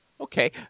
okay